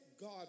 God